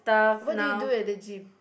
what do you do at the gym